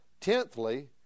Tenthly